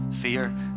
fear